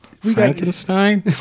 Frankenstein